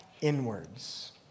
inwards